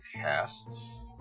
cast